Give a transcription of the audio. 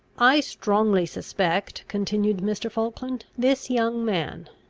i strongly suspect, continued mr. falkland, this young man,